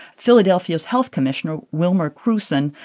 philadelphia's health commissioner wilmer krusen,